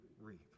reap